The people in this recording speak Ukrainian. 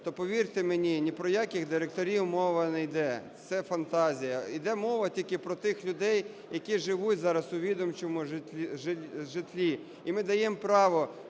то повірте мені, ні про яких директорів мова не йде, це фантазія. Іде мова тільки про тих людей, які живуть зараз у відомчому житлі. І ми даємо право